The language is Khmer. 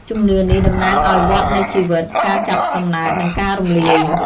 ជំនឿនេះតំណាងឱ្យវដ្ដនៃជីវិត ការចាប់កំណើត និងការរំលាយ។